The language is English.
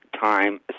time